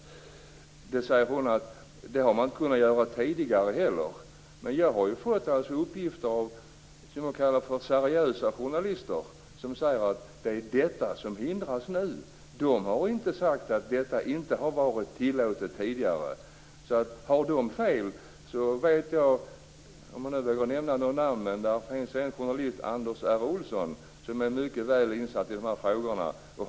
Statsrådet säger att man inte heller har kunnat nämna namn tidigare. Men jag har fått uppgifter av vad jag kallar seriösa journalister som innebär att det är detta som nu förhindras. De har inte sagt att detta inte har varit tillåtet tidigare. Jag vet inte om jag vågar nämna några namn, men jag kan säga att det finns en journalist - Anders R. Olsson - som är mycket väl insatt i dessa frågor.